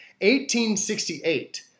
1868